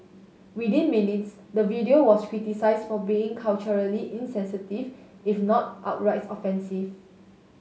within minutes the video was criticised for being culturally insensitive if not outright offensive